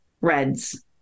reds